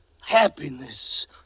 happiness